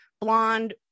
blonde